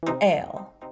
ale